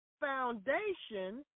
Foundation